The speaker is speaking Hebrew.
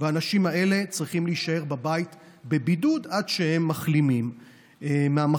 והאנשים האלה צריכים להישאר בבית בבידוד עד שהם מחלימים מהמחלה.